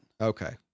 Okay